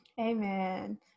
amen